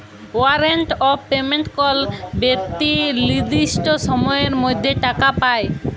warrant of payment কল বেক্তি লির্দিষ্ট সময়ের মধ্যে টাকা পায়